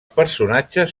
personatges